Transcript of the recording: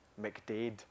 McDade